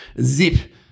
zip